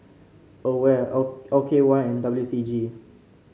Aware L L K Y and W C G